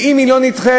ואם היא לא נדחית,